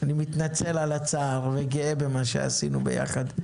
אני מתנצל על הצער וגאה במה שעשינו ביחד.